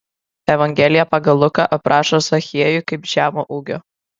evangelija pagal luką aprašo zachiejų kaip žemo ūgio